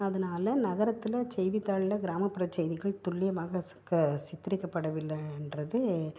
அதனால நகரத்தில் செய்தித்தாளில் கிராமப்புற செய்திகள் துல்லியமாக சித்தரிக்கப்படவில்லைன்றது